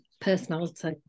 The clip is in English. personality